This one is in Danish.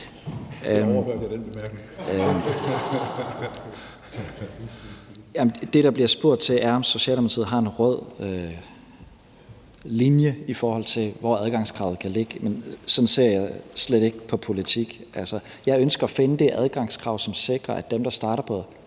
Det, der bliver spurgt til, er, om Socialdemokratiet har en rød linje, i forhold til hvor adgangskravet kan ligge. Men sådan ser jeg slet ikke på politik. Altså, jeg ønsker at finde det adgangskrav, som sikrer, at dem, der starter på